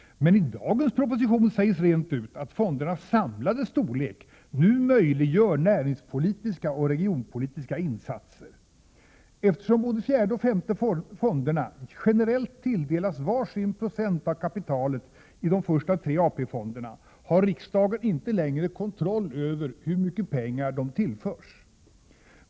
Men i dagens proposition sägs rent ut att fondernas samlade storlek nu möjliggör näringspolitiska och regionpolitiska insatser. Eftersom både fjärde och femte fonderna generellt tilldelas var sin procent av kapitalet i de tre första AP-fonderna har riksdagen inte längre kontroll över hur mycket pengar de tillförs.